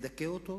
לדכא אותו,